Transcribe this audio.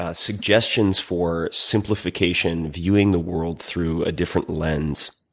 ah suggestions for simplification, viewing the world through a different lens,